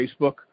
Facebook